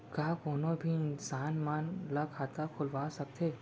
का कोनो भी इंसान मन ला खाता खुलवा सकथे?